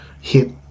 hit